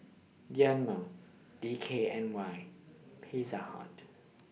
Dynamo D K N Y Pizza Hut